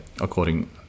according